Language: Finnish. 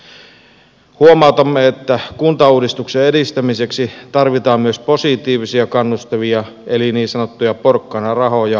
huomautamme että kuntauudistuksen edistämiseksi tarvitaan myös positiivisia kannustimia eli niin sanottuja porkkanarahoja